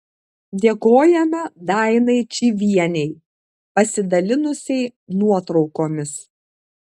dėkojame dainai čyvienei pasidalinusiai nuotraukomis